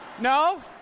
No